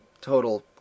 total